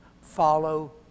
follow